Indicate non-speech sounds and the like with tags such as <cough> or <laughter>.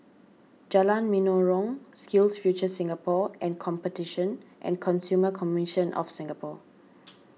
Jalan Menarong SkillsFuture Singapore and Competition and Consumer Commission of Singapore <noise>